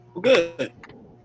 good